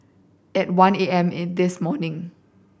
at one A M in this morning